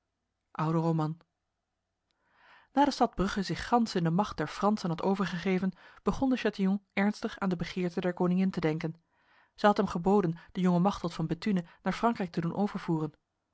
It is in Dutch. oude roman na de stad brugge zich gans in de macht der fransen had overgegeven begon de chatillon ernstig aan de begeerte der koningin te denken zij had hem geboden de jonge machteld van bethune naar frankrijk te doen